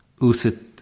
usit